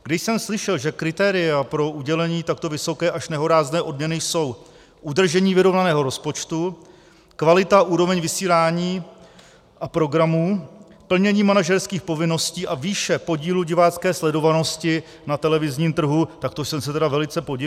Když jsem slyšel, že kritéria pro udělení takto vysoké až nehorázné odměny jsou udržení vyrovnaného rozpočtu, kvalita a úroveň vysílání a programů, plnění manažerských povinností a výše podílu divácké sledovanosti na televizním trhu tak to jsem se tedy velice podivil.